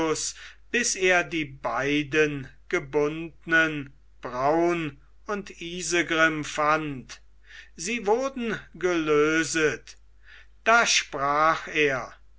bis er die beiden gebundnen braun und isegrim fand sie wurden gelöset da sprach er